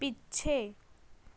ਪਿੱਛੇ